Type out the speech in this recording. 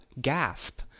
Gasp